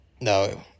no